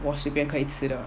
我随便可以吃的